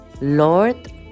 lord